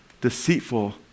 deceitful